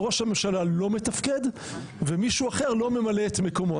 ראש הממשלה לא מתפקד ומישהו אחר לא ממלא את מקומו.